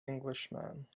englishman